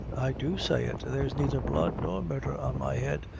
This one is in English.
i do say it there's neither blood nor murdher on my head!